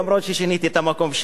אף-על-פי ששיניתי את המקום שלי.